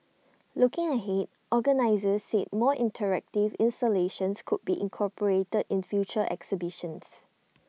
looking ahead organisers said more interactive installations could be incorporated in future exhibitions